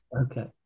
Okay